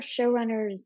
showrunners